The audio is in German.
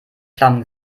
flammen